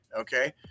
Okay